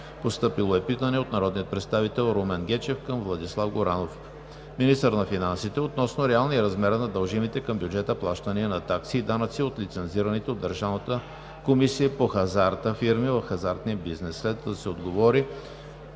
Постъпило е питане от народния представител Румен Гечев към Владислав Горанов – министър на финансите, относно реалния размер на дължимите към бюджета плащания на такси и данъци от лицензираните от Държавната комисии по хазарта фирми в хазартния бизнес. Следва да се отговори